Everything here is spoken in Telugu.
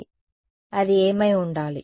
అది ఏమై ఉండాలి